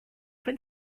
fin